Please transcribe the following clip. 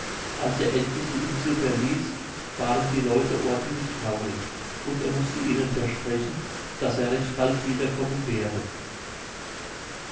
als er endlich die insel verließ waren die leute ordentlich traurig und er mußte ihnen versprechen daß er recht bald wiederkommen werde